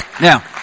Now